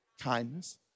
kindness